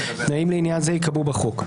תנאים לעניין זה ייקבעו בחוק,